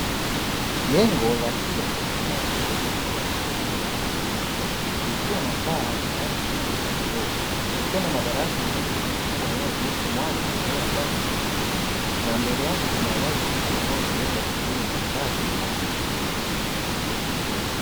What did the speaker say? Jengo la shule ya sekondari iliyosanifiwa vizuri kwa rangi nyeupe, ikiwa na paa yeney rangi ya bluu ikiwa na madarasa yenye madirisha makubwa yanayoruhusu mwanga na hewa safi kuingia, na mbele yake kuna uwazi mkubwa unaotumika kwa shughuli mbalimbali na wanafunzi.